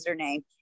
username